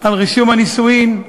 לרישום נישואין,